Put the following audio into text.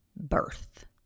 birth